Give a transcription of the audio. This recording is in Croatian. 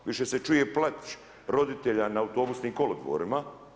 Više se čuje plač roditelja na autobusnim kolodvorima.